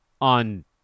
on